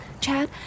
Chad